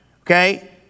okay